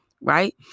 right